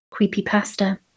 Creepypasta